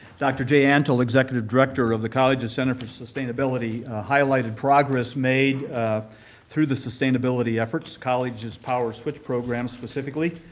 dr. jay antle, executive director of the college's center for sustainability, highlighted progress made through the sustainability efforts. college's power switch program specifically.